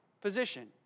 position